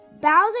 Bowser